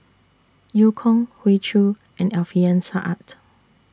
EU Kong Hoey Choo and Alfian Sa'at